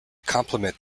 complement